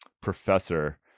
professor